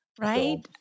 Right